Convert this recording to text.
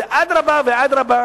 זה אדרבה ואדרבה,